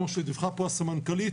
כפי שדיווחה הסמנכ"לית,